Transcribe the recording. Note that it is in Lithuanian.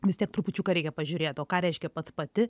vis tiek trupučiuką reikia pažiūrėt o ką reiškia pats pati